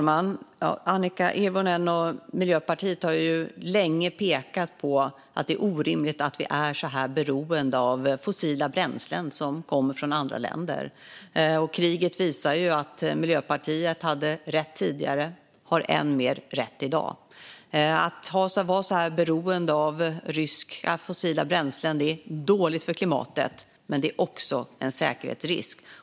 Fru talman! Annika Hirvonen och Miljöpartiet har länge pekat på att det orimligt att vi är så här beroende av fossila bränslen från andra länder. Kriget visar att Miljöpartiet hade rätt tidigare och har än mer rätt i dag. Att vara så här beroende av ryska fossila bränslen är dåligt för klimatet och även en säkerhetsrisk.